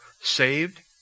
saved